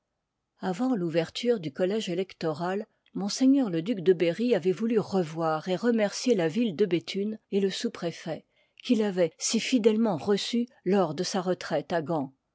avant touverture du collège électoral m le duc de berry avoit voulu revoir et remercier la ville de béthune et le souspréfet qui favoient si fidèlement reçu lors de sa retraite à gand